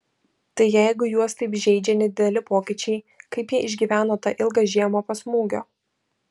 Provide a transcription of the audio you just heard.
tai jeigu juos taip žeidžia nedideli pokyčiai kaip jie išgyveno tą ilgą žiemą po smūgio